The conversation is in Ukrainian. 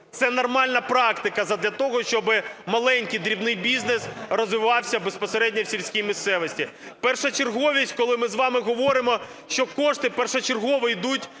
Це нормальна практика задля того, щоб маленький дрібний бізнес розвивався безпосередньо в сільській місцевості. Першочерговість – коли ми з вами говоримо, що кошти першочергово йдуть